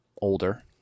older